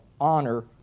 honor